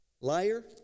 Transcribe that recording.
liar